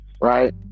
right